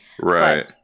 right